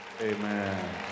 amen